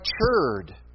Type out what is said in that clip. matured